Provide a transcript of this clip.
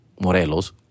Morelos